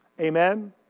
Amen